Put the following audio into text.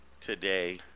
today